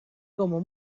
como